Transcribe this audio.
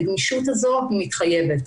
הגמישות הזו מתחייבת.